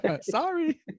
sorry